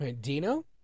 Dino